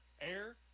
air